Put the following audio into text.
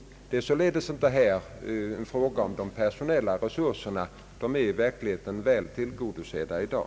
Det är alltså inte fråga om de personella resurserna. Dessa är verkligen väl tillgodosedda i dag.